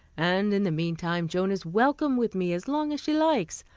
and in the mean time, joan is welcome with me as long as she likes.